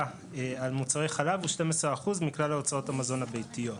על מוצרי חלב הוא 12% מכלל הוצאות המזון הביתיות.